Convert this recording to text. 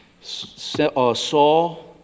Saul